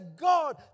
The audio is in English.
God